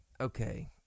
Okay